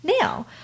now